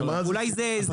אולי זה נדיר --- אבל,